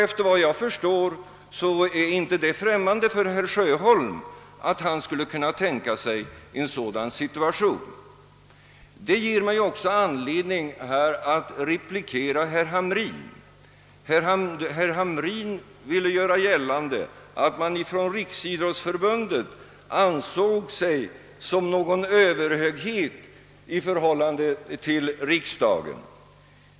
Efter vad jag förstod är en sådan tanke inte främmande för herr Sjöholm. Detta ger mig anledning att replikera också herr Hamrin. Herr Hamrin ville göra gällande att Riksidrottsförbundet ansåg sig som någon sorts överhöghet i förhållande till riksdagen.